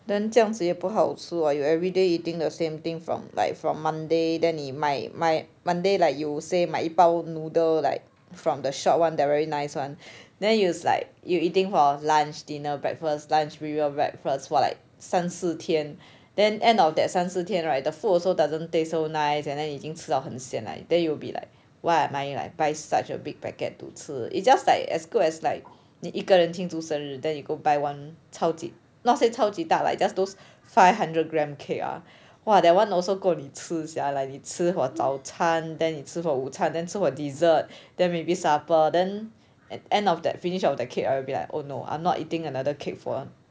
then 这样子也不好吃 [what] you everyday eating the same thing from like from monday then 你买买 monday like you say 买一包 noodle like from the shop [one] directly nice [one] then you is like you eating for lunch dinner breakfast lunch dinner breakfast for like 三四天 then end of that 三四天 right the food also doesn't taste so nice and then 已经吃到 sian like then you be like why am I like buy such a big packet to 吃 it's just like as good as 你一个人庆祝生日 then you go buy one 超级 not say 超级大 like just those five hundred gram cake ah !wah! that [one] also 够你吃 sia like 你吃 for 早餐 then 你吃 for 午餐 then 你吃 for dessert then maybe supper then end of that finish of the cake ah I'll be like oh no I'm not eating another cake for err